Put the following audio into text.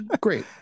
great